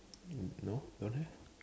no don't have